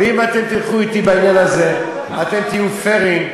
ואם אתם תלכו אתי בעניין הזה אתם תהיו פיירים,